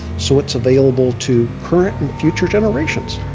so it's available to current and future generations,